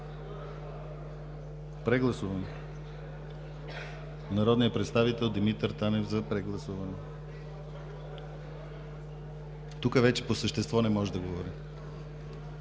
Прегласуване? Народният представител Димитър Танев за прегласуване. Тука вече по същество не може да говорим.